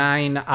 Nine